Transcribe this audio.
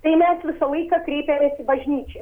tai mes visą laiką kreipiamės į bažnyčią